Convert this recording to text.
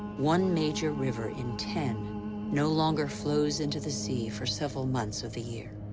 one major river in ten no longer flows into the sea for several months of the year.